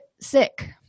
sick